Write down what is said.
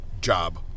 job